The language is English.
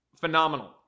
phenomenal